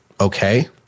okay